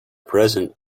present